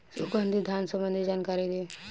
सुगंधित धान संबंधित जानकारी दी?